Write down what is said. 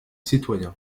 citoyen